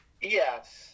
Yes